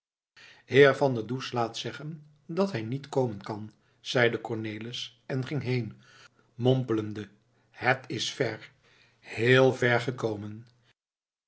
heer van der does laat zeggen dat hij niet komen kan zeide cornelis en ging heen mompelende het is ver heel ver gekomen